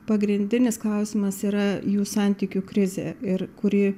pagrindinis klausimas yra jų santykių krizė ir kuri